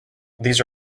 these